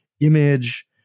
image